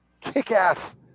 kick-ass